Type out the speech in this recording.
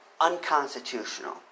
unconstitutional